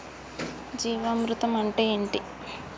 జీవామృతం అంటే ఏంటి?